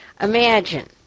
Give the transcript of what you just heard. imagine